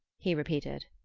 he repeated.